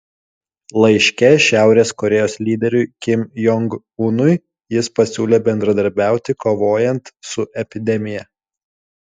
laiške šiaurės korėjos lyderiui kim jong unui jis pasiūlė bendradarbiauti kovojant su epidemija